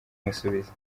amusubiza